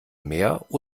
mehr